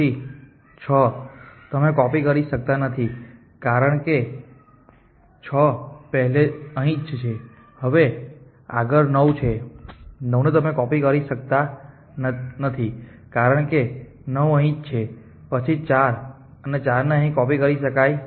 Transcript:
પછી 6 તમે કોપી કરી શકતા નથી કારણ કે 6 અહીં છે હવે આગળ 9 છે 9 તમે કોપી કરી શકતા નથી કારણ કે 9 અહીં છે પછી 4 અને 4 અહીં કોપી કરી શકાય છે